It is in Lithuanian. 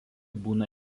būna